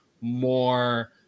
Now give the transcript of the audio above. more